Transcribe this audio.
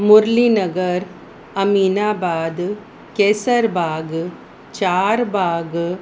Murli Nagar Aminabad Kaiserbagh Charbagh